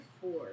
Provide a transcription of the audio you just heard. four